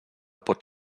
pot